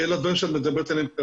שאלה הדברים שאת כרגע מדברת עליהם.